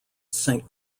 saint